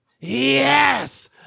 Yes